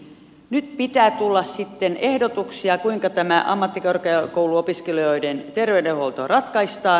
nyt pitää tulla sitten ehdotuksia kuinka tämä ammattikorkeakouluopiskelijoiden terveydenhuolto ratkaistaan